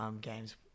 games